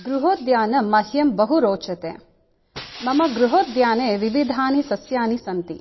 गृहोद्यानं मह्यं बहु रोचते मम गृहोद्याने विविधानि सस्यानि सन्ति